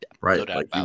Right